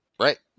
Right